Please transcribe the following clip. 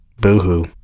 Boo-hoo